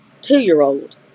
two-year-old